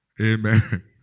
Amen